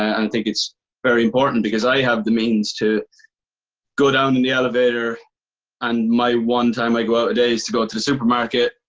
i think it's very important because i have the means to go down in the elevator and my one time i go out days is to go to the supermarket.